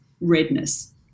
redness